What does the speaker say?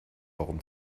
warum